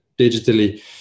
digitally